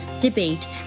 debate